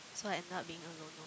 so I ended up being alone lor